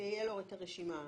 שתהיה לו את הרשימה המרוכזת.